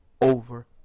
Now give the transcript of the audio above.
over